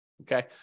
Okay